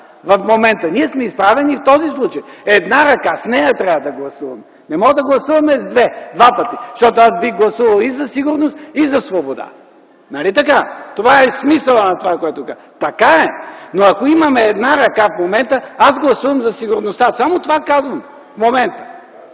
в момента – ние сме изправени в този случай, една ръка, с нея трябва да гласуваме. Не можем да гласуваме с две, два пъти. Защото аз бих гласувал и за сигурност, и за свобода. Нали така? Това е смисълът на това, което казвам. Така. Но, ако имаме една ръка в момента, аз гласувам за сигурността. Само това казвам - „в момента”.